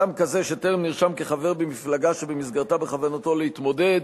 אדם כזה שטרם נרשם כחבר במפלגה שבמסגרתה בכוונתו להתמודד,